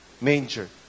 Manger